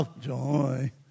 Joy